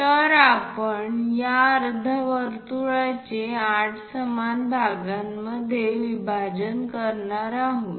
तर आपण या अर्धवर्तुळाचे 8 समान भागांमध्ये विभाजन करणार आहोत